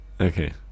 okay